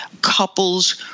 couples